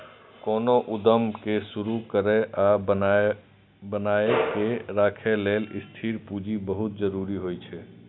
कोनो उद्यम कें शुरू करै आ बनाए के राखै लेल स्थिर पूंजी बहुत जरूरी होइ छै